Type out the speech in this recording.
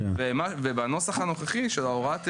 בנוסח הנוכחי של ההוראה,